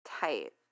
tight